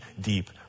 deep